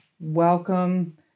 welcome